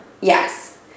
Yes